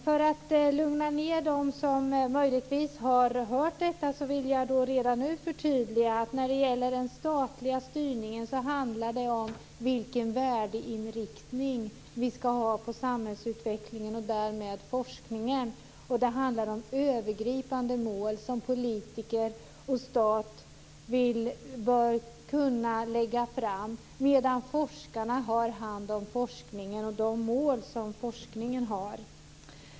För att lugna ned dem som möjligtvis har hört detta vill jag redan nu förtydliga att när det gäller den statliga styrningen handlar det om vilken värdeinriktning vi ska ha på samhällsutvecklingen och därmed forskningen. Det handlar också om övergripande mål som politiker och stat bör kunna lägga fram, medan forskarna har hand om forskningen och de mål som den har.